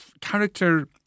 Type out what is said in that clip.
Character